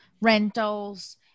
rentals